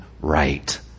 right